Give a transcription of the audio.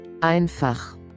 Einfach